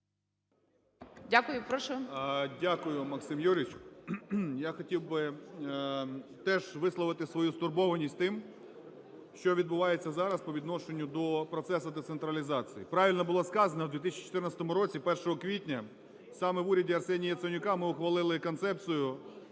Дякую, Максим Юрійович. Я хотів би теж висловити свою стурбованість тим, що відбувається зараз по відношенню до процесу децентралізації. Правильно було сказано, в 2014 році 1 квітня саме в уряді Арсенія Яценюка ми ухвалили концепцію